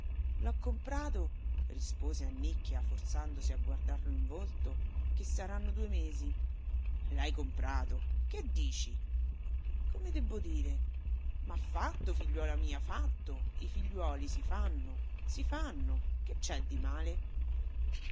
l'ho comprato rispose annicchia forzandosi a guardarlo in volto che saranno due mesi l'hai comprato che dici come debbo dire ma fatto figliuola mia fatto i figliuoli si fanno si fanno che c'è di male